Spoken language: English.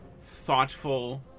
...thoughtful